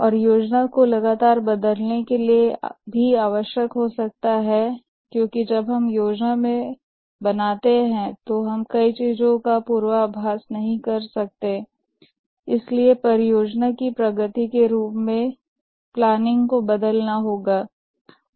औरयह योजना को लगातार बदलने के लिए भी आवश्यक हो सकता है क्योंकि जब हम शुरू में योजना बनाते हैं तो हमें कई चीजों का पूर्वाभास नहीं कर सकते हैं और इसलिए परियोजना की प्रगति के सेट में योजना को बदलना होगा